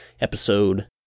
episode